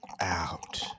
out